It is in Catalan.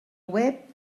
web